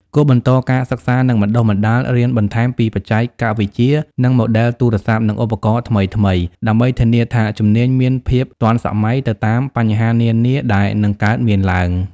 គួរបន្តការសិក្សា និងបណ្តុះបណ្តាល រៀនបន្ថែមពីបច្ចេកវិទ្យា និងម៉ូដែលទូរស័ព្ទ និងឧបករណ៍ថ្មីៗ ដើម្បីធានាថាជំនាញមានភាពទាន់សម័យ ទៅតាមបញ្ហានានាដែលនឹងកើតមានទ្បើង។